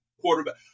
quarterback